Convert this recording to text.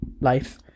life